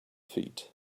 feet